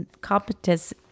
competence